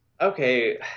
okay